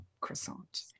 croissant